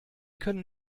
können